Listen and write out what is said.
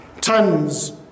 tons